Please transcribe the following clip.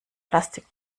plastik